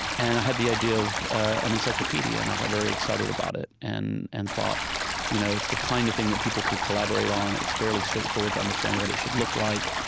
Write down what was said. and i had the idea of an encyclopedia. and i got very excited about it. and and thought you know it's the kind of thing that people could collaborate on. it's fairly straightforward to understand what it should look like.